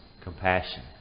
compassion